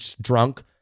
drunk